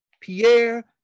Pierre